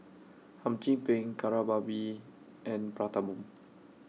Hum Chim Peng Kari Babi and Prata Bomb